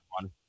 one